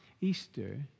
Easter